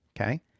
okay